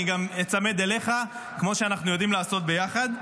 אני גם איצמד אליך כמו שאנחנו יודעים לעשות ביחד.